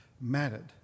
mattered